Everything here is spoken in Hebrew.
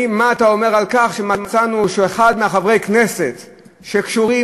מה אתה אומר על כך שמצאנו שאחת מחברי הכנסת שקשורים